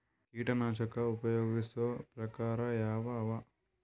ಕೀಟನಾಶಕ ಉಪಯೋಗಿಸೊ ಪ್ರಕಾರ ಯಾವ ಅವ?